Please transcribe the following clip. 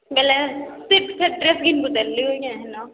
ବେଲେ ତୁଇ ସେ ଡ୍ରେସ୍ ଘିନ୍ବୁ ତେଲ୍ ହେନ